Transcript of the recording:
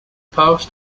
post